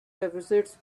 deficits